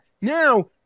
Now